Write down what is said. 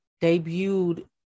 debuted